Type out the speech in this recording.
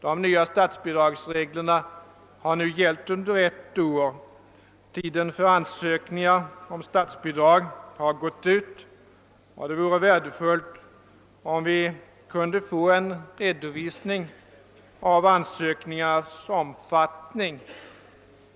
De nya statsbidragsreglerna har nu gällt under ett år. Tiden för ansökningar om statsbidrag har gått ut, och det vore värdefullt om vi kunde få en redovisning beträffande ansökningarnas omfattning.